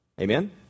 Amen